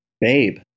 Babe